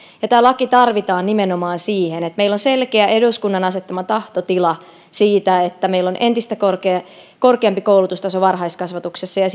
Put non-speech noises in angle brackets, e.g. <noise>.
ja tämä laki tarvitaan nimenomaan siihen että meillä on selkeä eduskunnan asettama tahtotila siitä että meillä on entistä korkeampi koulutustaso varhaiskasvatuksessa ja <unintelligible>